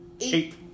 eight